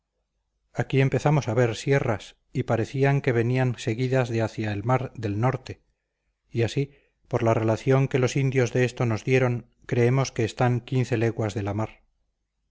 aquí empezamos a ver sierras y parecía que venían seguidas de hacia el mar del norte y así por la relación que los indios de esto nos dieron creemos que están quince leguas de la mar